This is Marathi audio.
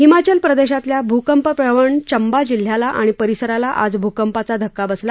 हिमाचल प्रदेशातल्या भूकंपप्रवण चंबा जिल्ह्याला आणि परिसराला आज भूकंपाचा धक्का बसला